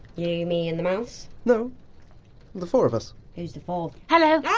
yeah you, me, and the mouse? no the four of us. who's the fourth? hello. yeah